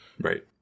Right